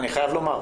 אני חייב לומר,